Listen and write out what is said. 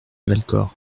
valcor